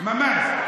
ממ"ז.